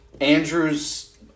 Andrews